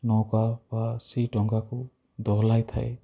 ନୌକା ବା ସେଇ ଡ଼ଙ୍ଗାକୁ ଦୋହଲାଇଥାଏ